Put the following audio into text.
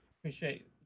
appreciate